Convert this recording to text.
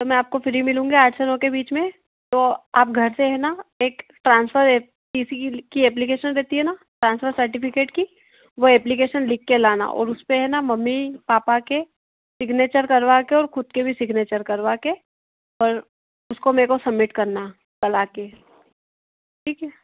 मैं आपको फ्री मिलूंगी आठ से नौ के बीच में तो आप घर से है ना एक ट्रांसफर अपील की एप्लीकेशन रहती है ना ट्रांसफर सर्टिफिकेट की वह एप्लीकेशन लिख कर लाना और उसमें है ना मम्मी पापा के सिगनेचर करवा कर और खुद के भी सिगनेचर करवा कर कल उसको मेरे को सम्मिट करना कल आ कर ठीक है